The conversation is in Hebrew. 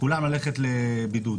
כולם ללכת לבידוד.